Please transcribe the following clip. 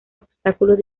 obstáculos